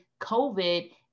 COVID